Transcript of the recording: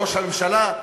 ראש הממשלה,